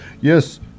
yes